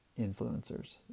influencers